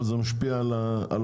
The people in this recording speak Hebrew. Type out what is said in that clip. אבל זה משפיע על העופות,